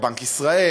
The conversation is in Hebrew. את בנק ישראל,